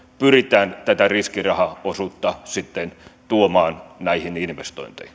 pyritään tätä riskirahaosuutta tuomaan näihin investointeihin